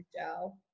Joe